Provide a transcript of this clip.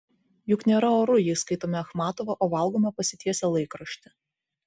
juk nėra oru jei skaitome achmatovą o valgome pasitiesę laikraštį